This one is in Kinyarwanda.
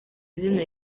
izina